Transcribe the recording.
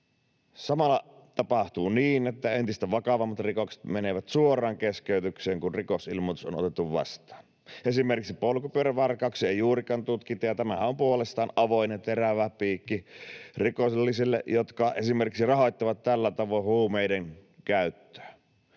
Samalla tapahtuu niin, että entistä vakavammat rikokset menevät suoraan keskeytykseen, kun rikosilmoitus on otettu vastaan. Esimerkiksi polkupyörävarkauksia ei juurikaan tutkita, ja tämähän on puolestaan avoin, terävä piikki rikollisille, jotka esimerkiksi rahoittavat tällä tavoin huumeidenkäyttöään.